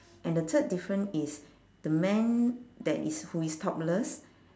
and the third different is the man that is who is topless